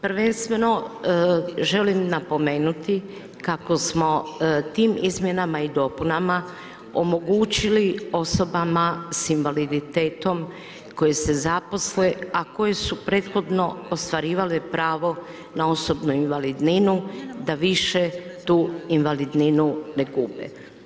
Prvenstveno, želim napomenuti, kako smo tim izmjenama i dopunama omogućili osobama s invaliditetom, koji se zaposle, a koji su prethodno ostvarivali pravo na osobnu invalidninu, da više tu invalidninu ne kupe.